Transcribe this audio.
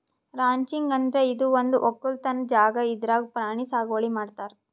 ranching ಅಂದ್ರ ಇದು ಒಂದ್ ವಕ್ಕಲತನ್ ಜಾಗಾ ಇದ್ರಾಗ್ ಪ್ರಾಣಿ ಸಾಗುವಳಿ ಮಾಡ್ತಾರ್